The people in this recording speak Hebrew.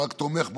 לא רק תומך בו,